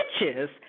witches